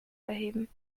erheben